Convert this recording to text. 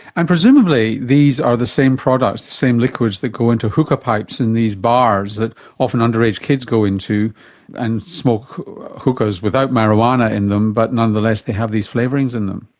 and presumably these are the same products, the same liquids that go into hookah pipes in these bars that often underage kids go into and smoke hookahs without marijuana in them but nonetheless they have these flavourings in them.